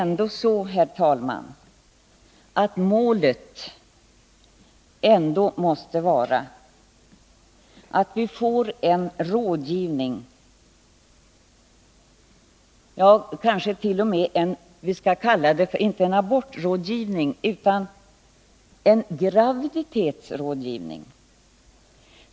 Målet, herr talman, måste väl vara att vi får en vad jag vill kalla graviditetsrådgivning.